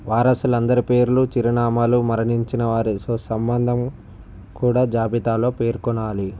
వారసులు అందరి పేర్లు చిరునామాలు మరణించిన వారి సుసంబంధం కూడా జాబితాలో పేర్కొనాలి